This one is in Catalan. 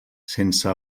sense